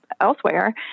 elsewhere